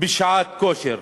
שעת כושר,